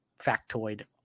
factoid